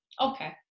Okay